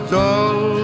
dull